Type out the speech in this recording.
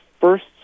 first